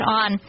on